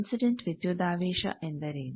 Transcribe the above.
incident ವಿದ್ಯುದಾವೇಶ ಎಂದರೇನು